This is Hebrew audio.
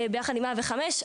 ביחד עם 105,